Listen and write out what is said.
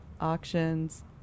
Auctions